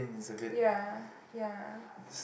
ya ya